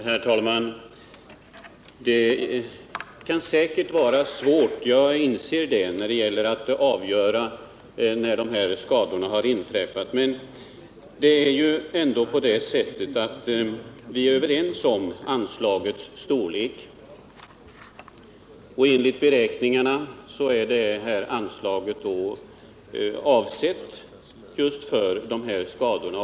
Herr talman! Jag inser att det säkert kan vara svårt att avgöra när de här skadorna inträffat. Men vi är ju överens om anslagets storlek, och den är beräknad efter skadorna på 1975 och 1976 års planteringar.